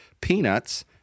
peanuts